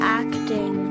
acting